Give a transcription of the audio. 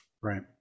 Right